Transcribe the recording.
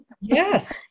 Yes